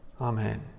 amen